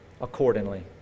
accordingly